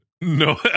no